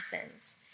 Athens